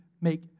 make